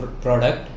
product